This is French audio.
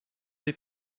des